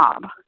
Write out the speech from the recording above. job